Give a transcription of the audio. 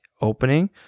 opening